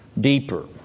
deeper